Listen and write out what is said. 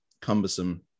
cumbersome